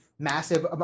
Massive